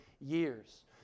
years